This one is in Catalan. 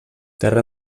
terra